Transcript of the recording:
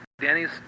Danny's